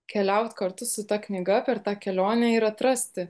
keliaut kartu su ta knyga per tą kelionę ir atrasti